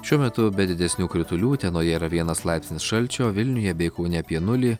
šiuo metu be didesnių kritulių utenoje yra vienas laipsnis šalčio vilniuje bei kaune apie nulį